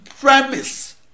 premise